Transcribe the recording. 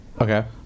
okay